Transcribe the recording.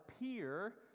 appear